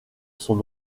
sont